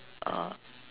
uh